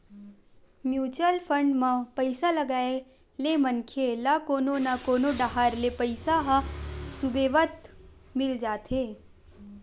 mutual fund म पइसा लगाए ले मनखे ल कोनो न कोनो डाहर ले पइसा ह सुबेवत मिल जाथे